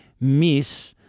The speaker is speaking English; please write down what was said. miss